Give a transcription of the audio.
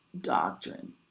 doctrine